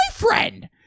boyfriend